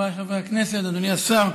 חבריי חברי הכנסת, אדוני השר,